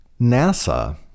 NASA